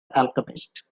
alchemist